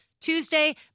tuesday